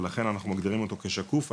ולכן אנחנו מגדירים אותו כשקוף.